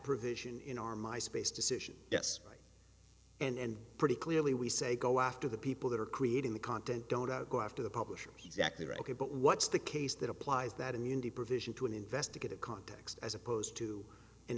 provision in our my space decision yes right and pretty clearly we say go after the people that are creating the content don't go after the publisher exactly right ok but what's the case that applies that immunity provision to an investigative context as opposed to an